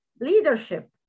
leadership